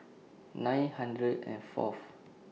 nine hundred and Fourth